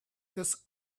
this